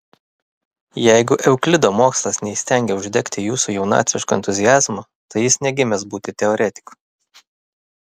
jeigu euklido mokslas neįstengė uždegti jūsų jaunatviško entuziazmo tai jis negimęs būti teoretiku